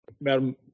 Madam